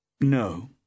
No